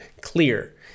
clear